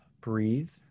Breathe